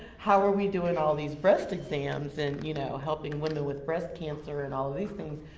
how were we doing all these breast exams, and you know, helping women with breast cancer and all these things,